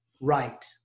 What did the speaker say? right